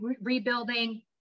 rebuilding